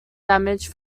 damage